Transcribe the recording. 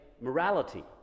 morality